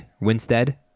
Winstead